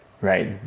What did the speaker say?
right